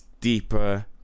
deeper